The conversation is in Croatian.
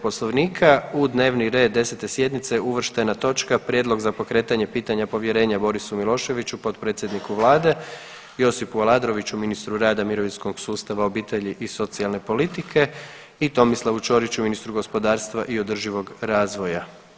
Poslovnika u dnevni red 10. sjednice uvrštena točka – Prijedlog za pokretanje pitanja povjerenja Borisu Miloševiću, potpredsjedniku Vlade, Josipu Aladroviću, ministru rada, mirovinskog sustava, obitelji i socijalne politike i Tomislavu Ćoriću, ministru gospodarstva i održivog razvoja.